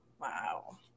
Wow